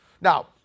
Now